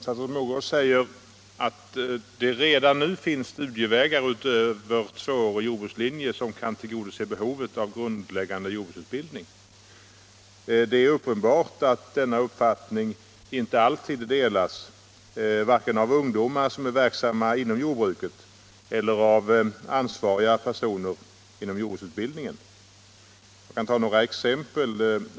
Statsrådet Mogård säger att ”det redan nu finns studievägar utöver "tvåårig jordbrukslinje som kan tillgodose behovet av grundläggande jord bruksutbildning”. Det är uppenbart att denna uppfattning inte alltid delas vare sig av ungdomar som är verksamma inom jordbruket eller av ansvariga personer inom jordbruksutbildningen. Jag kan ta några exempel.